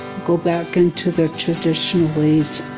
go back into their traditional ways.